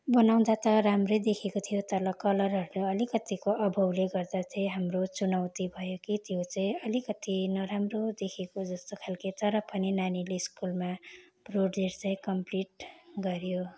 बनाउँदा त राम्रै देखेको थियो तर कलरहरू अलिकतिको अभावले गर्दा चाहिँ हाम्रो चुनौती भयो कि त्यो चाहिँ अलिकति नराम्रो देखेको जस्तो खालके तर पनि नानीले स्कुलमा प्रोजेक्ट चाहिँ कम्प्लिट गर्यो